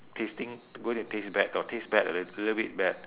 tasting to gonna taste bad got taste bad a lit~ little bit bad